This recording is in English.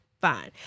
Fine